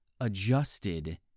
adjusted